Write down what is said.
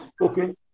Okay